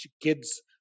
kids